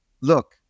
look